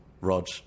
Rog